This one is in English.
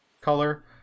color